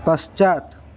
पश्चात्